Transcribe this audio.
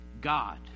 God